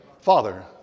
father